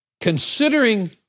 considering